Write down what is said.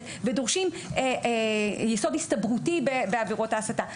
ודורשים יסוד הסתברותי בעבירות ההסתה.